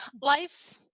life